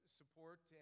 support